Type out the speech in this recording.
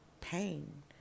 pain